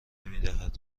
میدهد